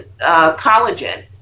collagen